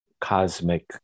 cosmic